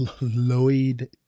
Lloyd